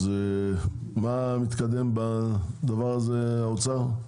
מה מתקדם בדבר הזה, האוצר?